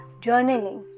journaling